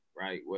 right